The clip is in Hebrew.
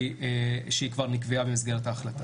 שהיא כבר נקבעה במסגרת ההחלטה.